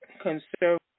Conservative